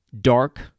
dark